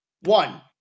One